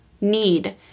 need